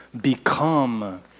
become